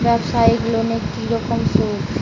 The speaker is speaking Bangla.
ব্যবসায়িক লোনে কি রকম সুদ?